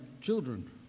children